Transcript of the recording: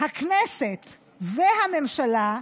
הכנסת והממשלה,